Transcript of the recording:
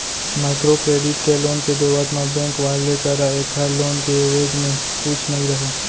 micro credit के loan के देवत म बेंक वाले करा ऐखर लोन के एवेज म कुछु नइ रहय